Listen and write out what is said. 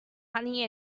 honey